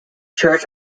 church